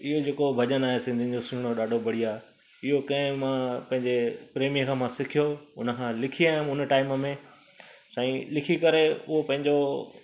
इहो जेको भॼनु आहे सिंधी जो सुहिणो ॾाढो बढ़िया इहो कंहिं मां पंहिंजे प्रेमीअ खां मां सिखियो उन खां लिखी आयुमि उन टाइम में साईं लिखी करे उहो पंहिंजो